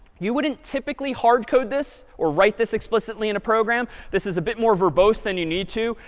you wouldn't typically hard code this or write this explicitly in a program. this is a bit more verbose than you need to.